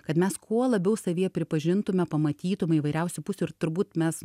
kad mes kuo labiau savyje pripažintume pamatytum įvairiausių pusių ir turbūt mes